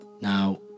now